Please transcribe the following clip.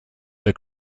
the